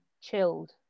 chilled